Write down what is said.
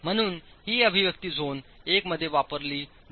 म्हणून ही अभिव्यक्ती झोन 1 मध्ये वापरली जाऊ शकतात